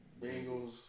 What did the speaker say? Bengals